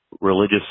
religious